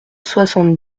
soixante